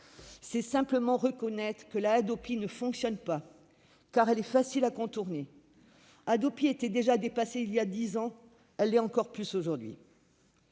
C'est simplement reconnaître que cette loi ne fonctionne pas, car elle est facile à contourner. La Hadopi était déjà dépassée il y a dix ans ; elle l'est encore plus aujourd'hui.